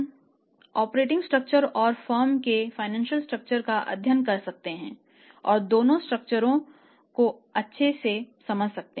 हम operating structure और firm की वित्तीय स्ट्रक्चर का अध्ययन कर सकते हैं और दोनों स्ट्रक्चरे अच्छी हैं तो चिंता न करें और क्रेडिट देते रहे